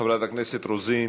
חברת הכנסת רוזין,